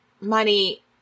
money